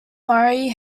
murray